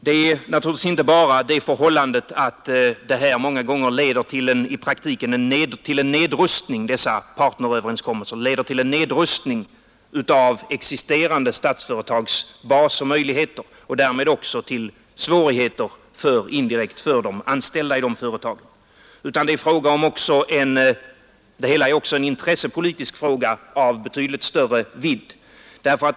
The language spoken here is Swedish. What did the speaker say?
Det är naturligtvis inte bara fråga om att dessa partneröverenskommelser många gånger i praktiken leder till en nedrustning av existerande statsföretags bas och möjligheter och därmed indirekt också till svårigheter för de anställda i företagen, utan det hela är också en intressepolitisk fråga av betydligt större vidd.